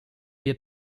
wir